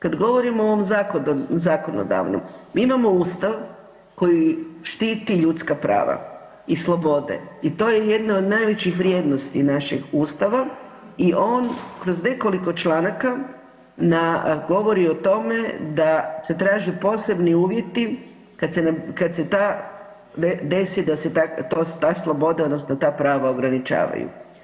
Kad govorimo o ovom zakonodavnom, mi imamo Ustav koji štiti ljudska prava i slobode i to je jedno od najvećih vrijednosti našeg Ustava i on kroz nekoliko članaka govori o tome da se traže posebni uvjeti kad se ta desi da se ta sloboda odnosno ta prava ograničavaju.